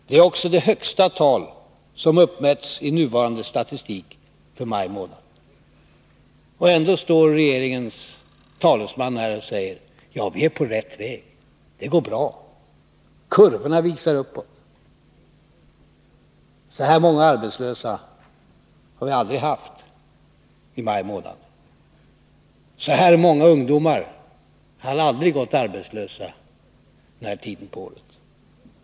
Detta är det högsta tal som uppmätts i nuvarande statistik för maj månad. Ändå står regeringens talesman här och säger: Vi är på rätt väg. Det går bra. Kurvorna visar uppåt. Så här många arbetslösa har vi aldrig haft i maj månad. Så här många ungdomar har aldrig gått arbetslösa den här tiden på året.